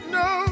no